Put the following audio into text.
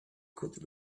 could